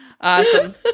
awesome